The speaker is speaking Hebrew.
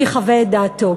שיחווה את דעתו.